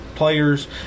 players